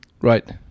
right